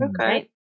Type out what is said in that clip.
Okay